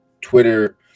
Twitter